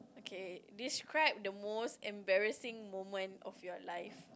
okay describe the most embarrassing moment of your life